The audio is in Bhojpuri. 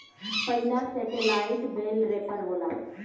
पहिला सेटेलाईट बेल रैपर होला